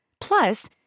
Plus